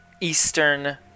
Eastern